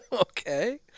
Okay